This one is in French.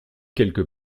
quelque